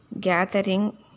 gathering